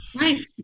right